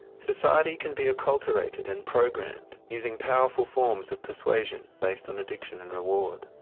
society can be acculturated and programmed using powerful forms of persuasion based on addiction and reward.